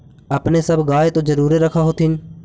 अपने सब गाय तो जरुरे रख होत्थिन?